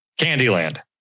Candyland